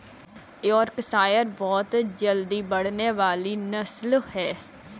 Yorkshire बहुत जल्दी बढ़ने वाली नस्ल है